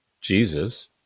Jesus